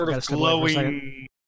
glowing